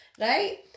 right